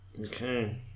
okay